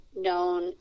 known